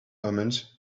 omens